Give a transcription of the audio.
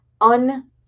un